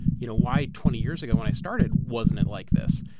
you know why twenty years ago, when i started, wasn't it like this?